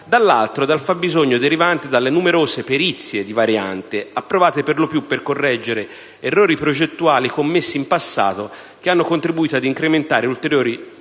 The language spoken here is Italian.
dall'altro lato, dal fabbisogno derivante dalle numerose perizie di variante, approvate per lo più per correggere errori progettuali commessi in passato, che hanno contribuito ad incrementare ulteriormente